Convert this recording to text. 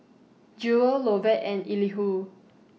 Jewel Lovett and Elihu